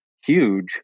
huge